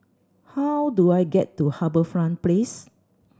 how do I get to HarbourFront Place